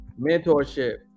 mentorship